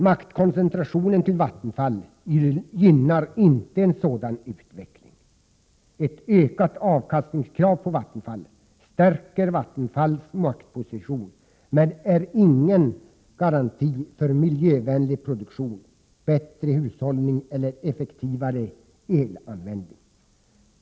Maktkoncentrationen till Vattenfall gynnar inte en sådan utveckling. Ett ökat avkastningskrav på Vattenfall stärker företagets maktposition, men är ingen garanti för miljövänlig produktion, bättre hushållning eller effektivare elanvändning.